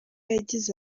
yagize